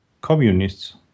communists